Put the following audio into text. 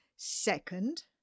Second